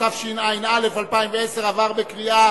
עבר בקריאה